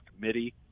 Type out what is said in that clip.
committee